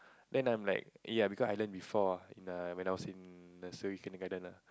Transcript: then I'm like ya because I learn before ah in a when I was in nursery kindergarten lah